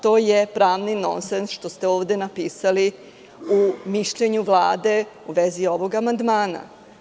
To je pravni nonsens što ste ovde napisali u mišljenju Vlade u vezi ovog amandmana.